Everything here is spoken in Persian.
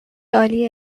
عالی